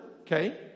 okay